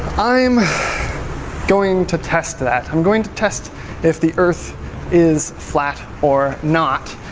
i'm going to test that. i'm going to test if the earth is flat or not,